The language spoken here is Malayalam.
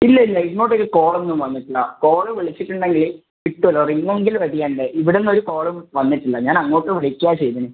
ഇല്ല ഇല്ല ഇങ്ങോട്ടേക്ക് കോൾ ഒന്നും വന്നിട്ടില്ല കോള് വിളിച്ചിട്ട് ഉണ്ടെങ്കിൽ കിട്ടുമല്ലോ റിംഗ് എങ്കിലും അടിയ്ക്കണ്ടേ ഇവിടുന്ന് ഒരു കോളും വന്നിട്ട് ഇല്ല ഞാൻ അങ്ങോട്ട് വിളിക്കുകയാണ് ചെയ്തത്